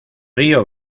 río